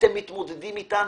שאתם מתמודדים איתן.